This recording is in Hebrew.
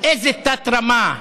איזה תת-רמה.